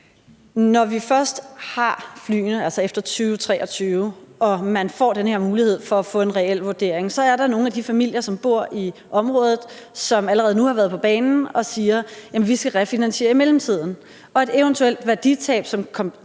2023 først har flyene, får vi den her mulighed for at få en reel vurdering, men der er nogle af de familier, som bor i området, som allerede nu har været på banen og sige: Vi skal refinansiere i mellemtiden. Og et eventuelt værditab som